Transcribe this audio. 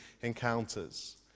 encounters